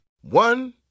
One